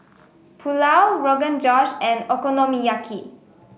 Pulao Rogan Josh and Okonomiyaki